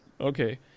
Okay